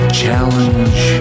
challenge